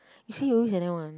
you see you always like that one